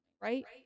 right